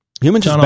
humans